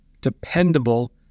dependable